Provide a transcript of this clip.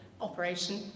operation